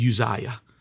Uzziah